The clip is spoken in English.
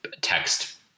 text